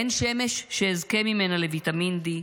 אין שמש שאזכה ממנה לוויטמין D",